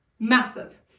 Massive